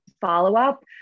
follow-up